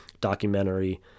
documentary